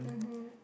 mmhmm